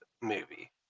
movie